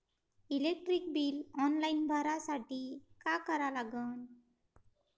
Electric bill online भरासाठी का करा लागन?